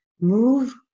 move